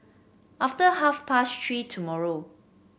after half past Three tomorrow